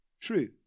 True